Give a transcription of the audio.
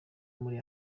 muri